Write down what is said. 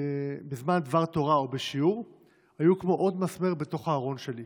בזמן דבר תורה או בשיעור הייתה כמו עוד מסמר בארון שלו.